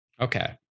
Okay